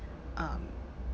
um